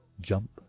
Jump